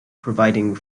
providing